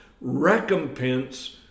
recompense